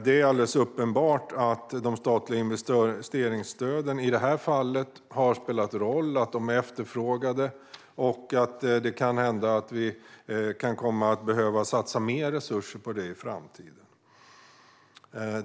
Det är alldeles uppenbart att de statliga investeringsstöden i det här fallet har spelat roll och är efterfrågade. Det kan hända att vi kan komma att behöva satsa mer resurser på dessa i framtiden.